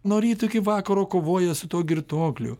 nuo ryto iki vakaro kovoja su tuo girtuokliu